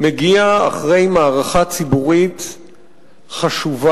מגיע אחרי מערכה ציבורית חשובה,